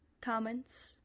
Comments